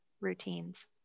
routines